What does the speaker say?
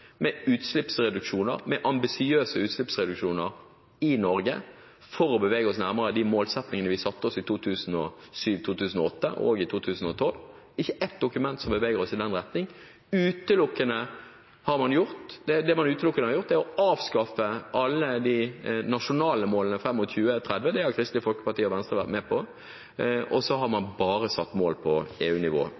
med utslippsreduksjoner, med ambisiøse utslippsreduksjoner i Norge, for å bevege oss nærmere de målsettingene vi satte oss i 2007, i 2008 og i 2012 – ikke ett dokument som beveger oss i den retning. Det man utelukkende har gjort, er å avskaffe alle de nasjonale målene fram mot 2030. Det har Kristelig Folkeparti og Venstre vært med på, og så har man bare satt mål på